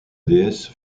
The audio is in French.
déesse